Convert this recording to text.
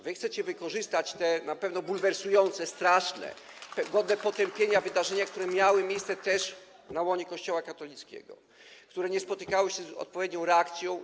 Wy chcecie wykorzystać te na pewno bulwersujące, straszne, godne potępienia wydarzenia, które miały miejsce też na łonie Kościoła katolickiego, które nie spotykały się z odpowiednią reakcją.